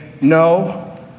no